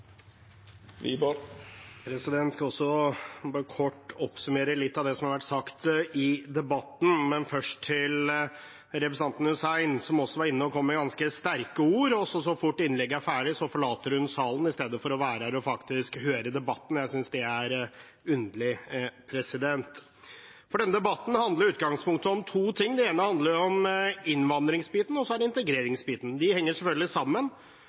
skal også kort oppsummere litt av det som har vært sagt i debatten. Men først til representanten Hussein, som var inne og kom med ganske sterke ord, og så fort innlegget var verdig, forlot hun salen i stedet for å være her og faktisk høre debatten. Jeg synes det er underlig. Denne debatten handler i utgangspunktet om to ting. Det ene handler om innvandringsbiten, og så er det integreringsbiten. De henger selvfølgelig sammen,